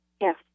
Yes